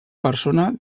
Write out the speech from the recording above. persona